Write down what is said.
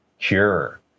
cure